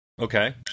Okay